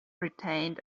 retained